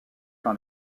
par